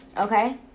okay